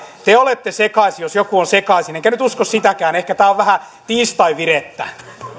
te olette sekaisin jos joku on sekaisin enkä nyt usko sitäkään ehkä tämä on vähän tällaista tiistaivirettä